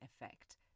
effect